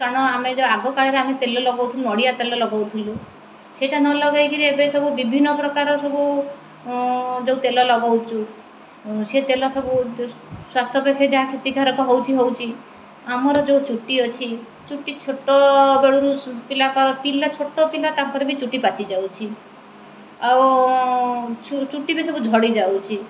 କାରଣ ଆମେ ଯେଉଁ ଆଗକାଳରେ ଆମେ ତେଲ ଲଗାଉଥିଲୁ ନଡ଼ିଆ ତେଲ ଲଗାଉଥିଲୁ ସେଇଟା ନ ଲଗାଇକରି ଏବେ ସବୁ ବିଭିନ୍ନ ପ୍ରକାର ସବୁ ଯେଉଁ ତେଲ ଲଗାଉଛୁ ସେ ତେଲ ସବୁ ସ୍ୱାସ୍ଥ୍ୟପେକ୍ଷେ ଯାହା କ୍ଷତିକାରକ ହେଉଛି ହେଉଛି ଆମର ଯେଉଁ ଚୁଟି ଅଛି ଚୁଟି ଛୋଟବେଳରୁ ପିଲାଙ୍କର ପିଲା ଛୋଟ ପିଲା ତାପରେ ବି ଚୁଟି ପାଚି ଯାଉଛି ଆଉ ଚୁଟି ବି ସବୁ ଝଡ଼ିଯାଉଛି